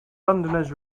londoners